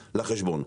לחשבון.